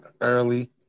early